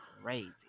crazy